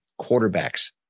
quarterbacks